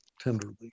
tenderly